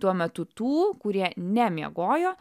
tuo metu tų kurie nemiegojo